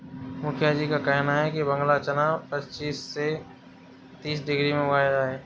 मुखिया जी का कहना है कि बांग्ला चना पच्चीस से तीस डिग्री में उगाया जाए